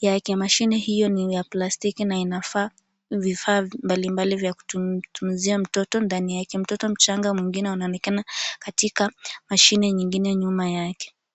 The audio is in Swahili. yake. Mashine hiyo ni ya plastiki na ina vifaa mbalimbali vya kumtunzia mtoto ndani yake. Mtoto mchanga mwingine anaonekana katika mashine nyingine nyuma yake.